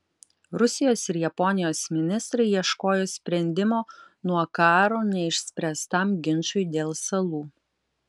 rusijos ir japonijos ministrai ieškojo sprendimo nuo karo neišspręstam ginčui dėl salų